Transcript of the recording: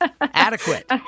Adequate